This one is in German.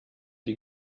die